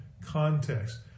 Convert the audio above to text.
context